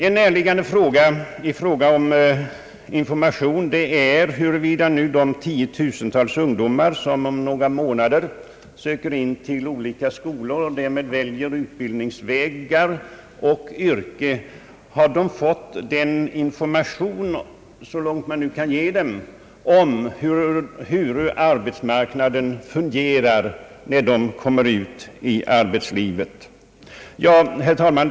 En närliggande fråga beträffande information är huruvida de tiotusentals ungdomar som om några månader söker in till olika skolor och därvid väljer utbildningsvägar och yrke fått in formation — så långt man nu kan ge en sådan — om hur arbetsmarknaden fungerar när de kommer ut i arbetslivet. Herr talman!